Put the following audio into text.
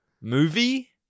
movie